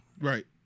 right